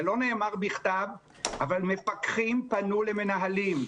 זה לא נאמר בכתב אבל מפקחים פנו למנהלים,